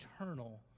eternal